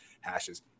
hashes